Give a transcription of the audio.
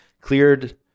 cleared